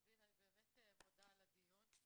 אני באמת מודה על הדיון.